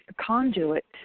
conduit